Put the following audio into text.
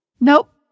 Nope